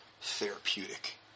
Therapeutic